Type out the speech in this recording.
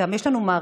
יש לנו,